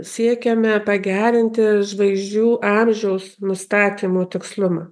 siekiame pagerinti žvaigždžių amžiaus nustatymo tikslumą